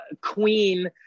queen